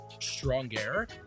stronger